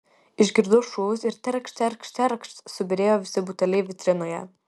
išgirdau šūvius ir terkšt terkšt terkšt subyrėjo visi buteliai vitrinoje